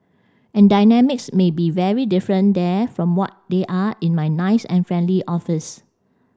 and dynamics may be very different there from what they are in my nice and friendly office